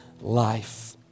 life